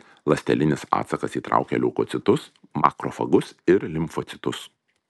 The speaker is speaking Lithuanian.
ląstelinis atsakas įtraukia leukocitus makrofagus ir limfocitus